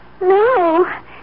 No